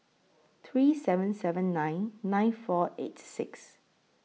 three seven seven nine nine four eight six